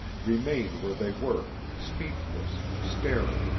remained where they were, speechless, staring,